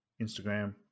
Instagram